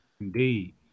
Indeed